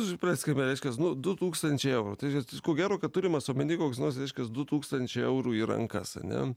supraskime reiškias nu du tūkstančiai eurųtai ko gero kad turimas omenyje koks nors reiškias du tūkstančiai eurų į rankas ane